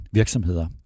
virksomheder